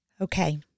Okay